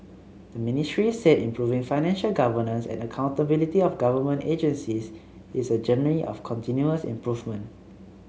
the Ministry said improving financial governance and accountability of government agencies is a journey of continuous improvement